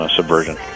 Subversion